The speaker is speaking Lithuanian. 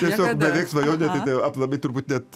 tiesiog beveik svajonė tai tai aplamai turbūt net